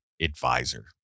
advisor